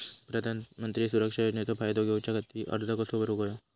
प्रधानमंत्री सुरक्षा योजनेचो फायदो घेऊच्या खाती अर्ज कसो भरुक होयो?